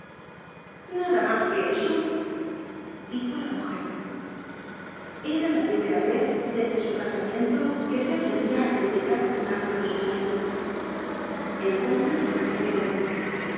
nada mas que eso dijo la mujer era la primera vez desde su casamiento que se atrevia á criticar un acto de su marido el golpe fue certero en